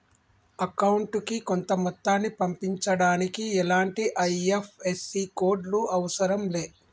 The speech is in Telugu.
అకౌంటుకి కొంత మొత్తాన్ని పంపించడానికి ఎలాంటి ఐ.ఎఫ్.ఎస్.సి కోడ్ లు అవసరం లే